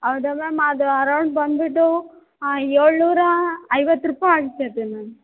ಹೌದ ಮ್ಯಾಮ್ ಅದು ಅರೌಂಡ್ ಬಂದುಬಿಟ್ಟು ಏಳು ನೂರ ಐವತ್ತು ರೂಪಾಯಿ ಆಗ್ತೈತೆ ಮ್ಯಾಮ್